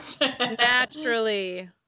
Naturally